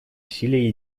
усилия